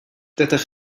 dydych